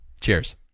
Cheers